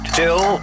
till